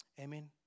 Amen